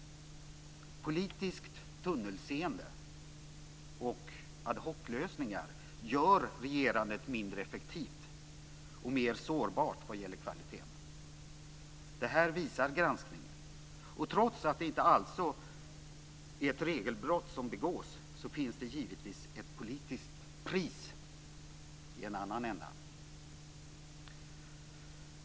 Politiskt tunnelseende och ad hoc-lösningar gör regerandet mindre effektivt och mer sårbart vad gäller kvaliteten. Det här visar granskningen, och även om det alltså inte är ett regelbrott som begås, finns det givetvis ett politiskt pris i en annan ända.